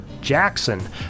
Jackson